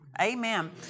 Amen